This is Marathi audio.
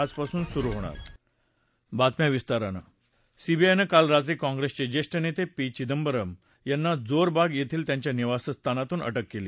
आजपासून सुरू होणार सीबीआयनं काल रात्री काँग्रेस चे ज्येष्ठ नेते पी चिदंबरम यांना काल रात्री जोर बाग येथील त्यांच्या निवासस्थानतून अटक केली